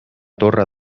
torre